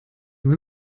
nur